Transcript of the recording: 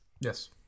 Yes